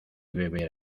beber